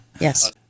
yes